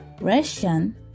Russian